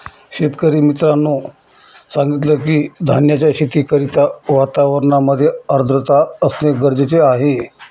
शेतकरी मित्राने सांगितलं की, धान्याच्या शेती करिता वातावरणामध्ये आर्द्रता असणे गरजेचे आहे